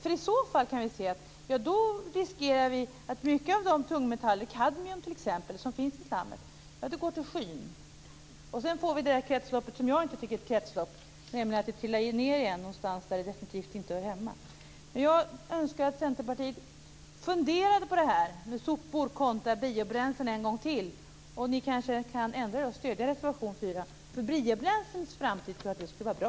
I så fall riskerar vi att mycket av de tungmetaller som finns i slam, t.ex. kadmium, stiger till skyn, och sedan får vi det kretslopp som jag inte tycker är ett kretslopp, dvs. det trillar ned någonstans där det definitivt inte hör hemma. Jag önskar att Centerpartiet funderar på det här med sopor kontra biobränslen en gång till. Ni kanske kan ändra er och stödja reservation 4. För biobränslenas framtid tror jag att det skulle vara bra.